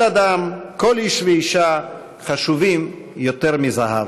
כל אדם, כל איש ואישה, חשובים יותר מזהב.